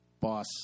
Boss